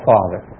Father